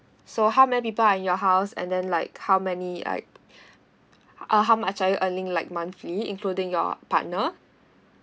so how many people are in your house and then like how many like uh how much are you earning like monthly including your partner